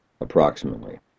Approximately